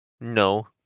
No